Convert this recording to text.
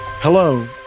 Hello